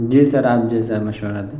جی sir آپ جیسا مشورہ دیں